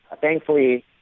thankfully